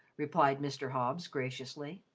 replied mr. hobbs, graciously.